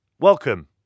Welcome